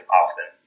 often